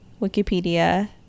Wikipedia